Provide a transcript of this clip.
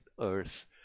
Earth